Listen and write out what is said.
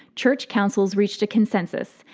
church councils reached a consensus,